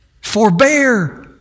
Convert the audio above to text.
forbear